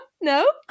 No